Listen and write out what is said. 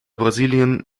brasilien